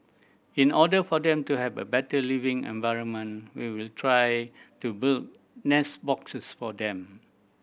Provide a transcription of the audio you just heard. in order for them to have a better living environment we will try to build nest boxes for them